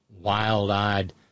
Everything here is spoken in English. wild-eyed